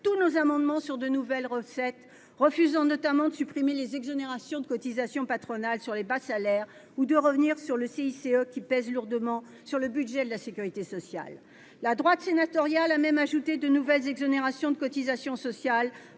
tous nos amendements sur de nouvelles recettes, refusant notamment de supprimer les exonérations de cotisations patronales sur les bas salaires ou de revenir sur le crédit d'impôt pour la compétitivité et l'emploi (CICE), qui pèse lourdement sur le budget de la sécurité sociale. La droite sénatoriale a même ajouté de nouvelles exonérations de cotisations sociales